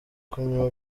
kunywa